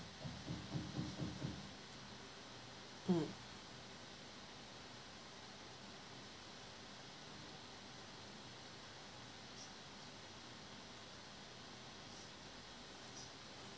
mm